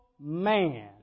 man